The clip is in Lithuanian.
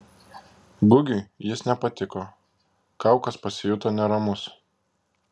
gugiui jis nepatiko kaukas pasijuto neramus